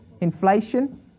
Inflation